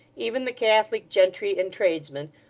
even the catholic gentry and tradesmen,